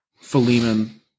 Philemon